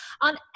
on